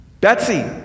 Betsy